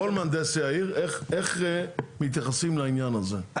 לכל מהנדסי העיר איך מתייחסים לעניין הזה.